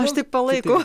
aš tik palaikau